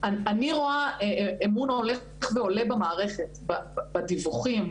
אני רואה אמון שהולך ועולה במערכת, בדיווחים.